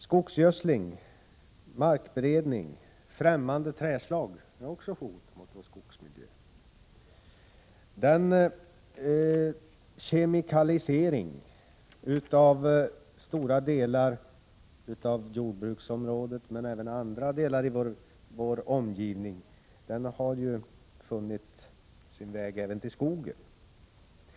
Skogsgödsling, markberedning, främmande trädslag är också hot mot vår skogsmiljö. Den kemikalisering som ägt rum i stora delar av jordbruksområdet men även i andra delar av vår omgivning har funnit sin väg även till skogen.